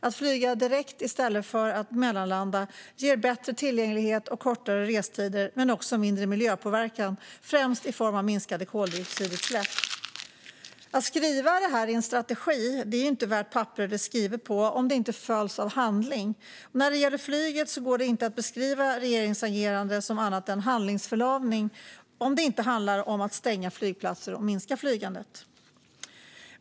Att flyga direkt i stället för att mellanlanda ger bättre tillgänglighet och kortare restider men också mindre miljöpåverkan, främst i form av minskade koldioxidutsläpp. Att skriva detta i en strategi är inte värt papperet det är skrivet på om det inte följs av handling. Och när det gäller flyget går det inte att beskriva regeringens agerande som annat än handlingsförlamning, om det inte handlar om att stänga flygplatser och minska flygandet.